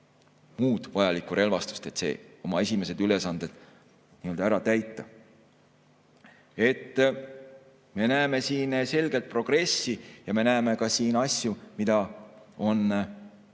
muud vajalikku relvastust, et oma esimesed ülesanded ära täita. Me näeme siin selget progressi ja me näeme ka siin asju, mida on